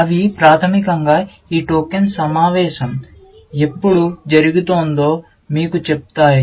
వారు ప్రాథమికంగా ఈ టోకెన్ సమావేశం ఎప్పుడు జరిగిందో మీకు చెప్తారు